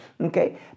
Okay